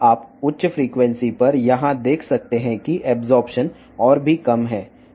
అధిక ఫ్రీక్వెన్సీల వద్ద ఇక్కడ అబ్సార్ప్షన్ తక్కువగా ఉన్నట్లు చూడవచ్చును